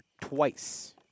twice